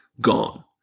gone